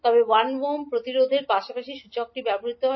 তবে 1 ওহম প্রতিরোধের পাশাপাশি সূচকটি প্রবাহিত হয়